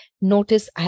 Notice